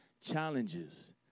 challenges